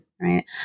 Right